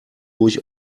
ruhig